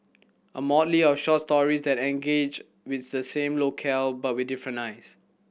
a motley of short story that engage with the same locale but with different eyes